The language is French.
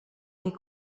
est